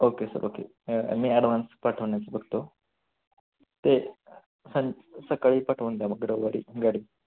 okay sir okay मी advance पाठवण्याचं बघतो ते सं सकाळी पाठवून द्या मग गाडी